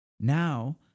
now